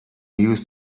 used